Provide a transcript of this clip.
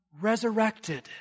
resurrected